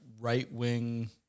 right-wing